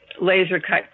laser-cut